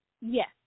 Yes